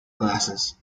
glasses